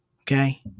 Okay